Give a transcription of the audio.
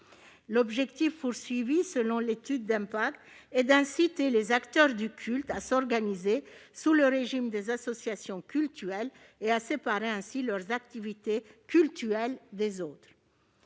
public d'un culte. Selon l'étude d'impact, il s'agit d'inciter les acteurs du culte à s'organiser sous le régime des associations cultuelles et à séparer ainsi leurs activités cultuelles des autres.